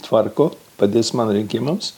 tvarko padės man rinkimams